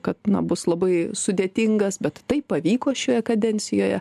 kad na bus labai sudėtingas bet tai pavyko šioje kadencijoje